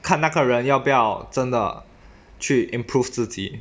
看那个人要不要真的去 improve 自己